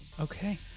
Okay